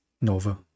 Nova